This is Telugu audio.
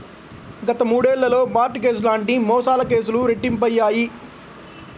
గత మూడేళ్లలో మార్ట్ గేజ్ లాంటి మోసాల కేసులు రెట్టింపయ్యాయి